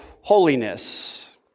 holiness